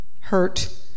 hurt